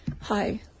Hi